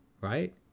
right